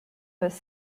was